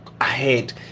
ahead